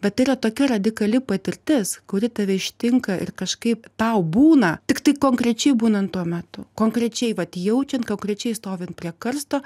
bet tai yra tokia radikali patirtis kuri tave ištinka ir kažkaip tau būna tiktai konkrečiai būnant tuo metu konkrečiai vat jaučiant konkrečiai stovint prie karsto